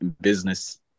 business